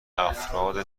افراد